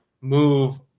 move